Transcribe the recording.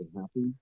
happy